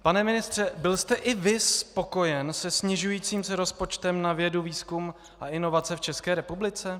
Pane ministře, byl jste i vy spokojen se snižujícím se rozpočtem na vědu, výzkum a inovace v České republice?